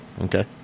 okay